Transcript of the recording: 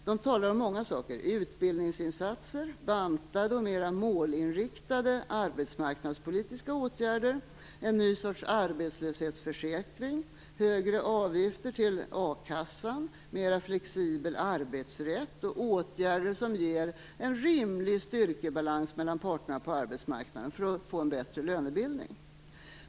Man talar om många saker: utbildningsinsatser, bantade och mera målinriktade arbetsmarknadspolitiska åtgärder, en ny sorts arbetslöshetsförsäkring, högre avgifter till a-kassan, mera flexibel arbetsrätt och åtgärder som ger en rimlig styrkebalans mellan parterna på arbetsmarknaden för att få en bättre lönebildning.